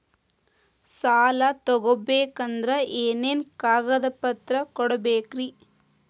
ಸಾಲ ತೊಗೋಬೇಕಂದ್ರ ಏನೇನ್ ಕಾಗದಪತ್ರ ಕೊಡಬೇಕ್ರಿ?